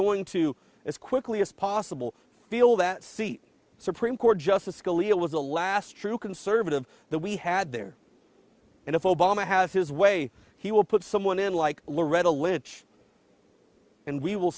going to as quickly as possible feel that seat supreme court justice scalia was the last true conservative that we had there and if obama has his way he will put someone in like loretta lynch and we will